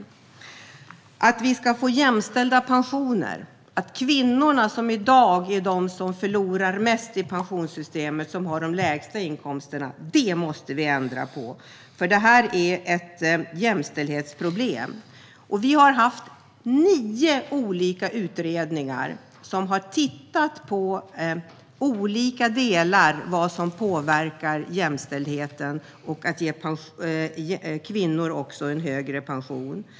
Pensionsgruppen arbetar med att vi ska få jämställda pensioner. Kvinnorna är i dag de som förlorar mest i pensionssystemet och som har de lägsta inkomsterna. Detta måste vi ändra på, för det här är ett jämställdhetsproblem. Vi har tillsatt nio olika utredningar som har tittat på olika delar för att se vad som påverkar jämställdheten och förutsättningarna för att ge kvinnor en högre pension.